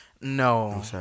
No